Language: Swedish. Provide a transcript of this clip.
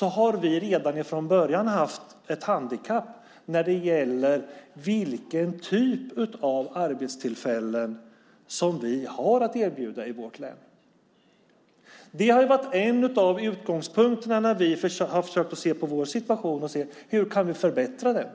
har vi redan från början haft ett handikapp när det gäller vilken typ av arbetstillfällen som vi har att erbjuda i vårt län. Det har varit en av utgångspunkterna när vi har försökt se hur vi kan förbättra vår situation.